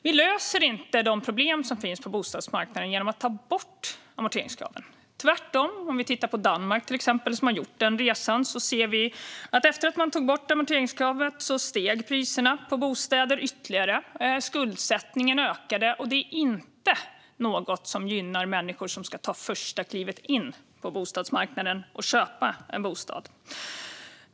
Vi löser inte de problem som finns på bostadsmarknaden genom att ta bort amorteringskraven. Om vi tittar på till exempel Danmark, som har gjort den resan, ser vi att priserna på bostäder steg ytterligare efter att man tog bort amorteringskravet. Skuldsättningen ökade, och det är inte något som gynnar människor som ska ta första klivet in på bostadsmarknaden och köpa en bostad.